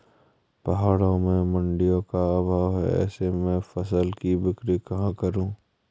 पहाड़ों में मडिंयों का अभाव है ऐसे में फसल की बिक्री कहाँ करूँ?